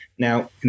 Now